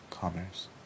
Commerce